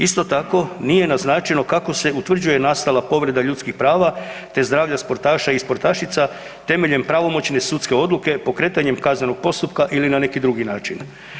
Isto tako, nije naznačeno kako se utvrđuje nastala povreda ljudskih prava te zdravlja sportaša i sportašica temeljem pravomoćne sudske odluke pokretanjem kaznenog postupka ili na neki drugi način.